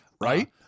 Right